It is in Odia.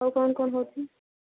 ଆଉ କ'ଣ କ'ଣ ହେଉଛି